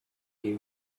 you